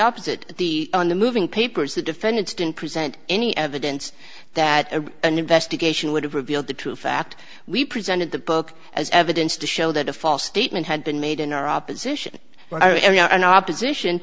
opposite the on the moving papers the defendants didn't present any evidence that an investigation would have revealed the true fact we presented the book as evidence to show that a false statement had been made in our opposition an opposition